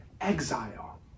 exile